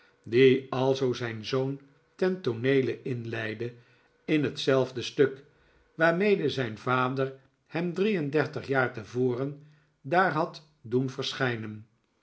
die alzoo zijn zoon ten tooneele inleidde in hetzelfde stuk waarmede z ij n vader hem drio en dertig jaar te voren daar had doen verschijnen